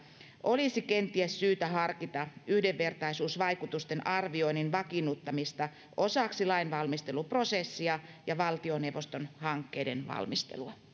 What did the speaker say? olisi kenties syytä harkita yhdenvertaisuusvaikutusten arvioinnin vakiinnuttamista osaksi lainvalmisteluprosessia ja valtioneuvoston hankkeiden valmistelua